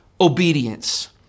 obedience